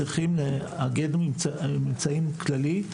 צריכים לאגד ממצאים כללי,